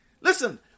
Listen